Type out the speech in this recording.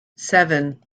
seven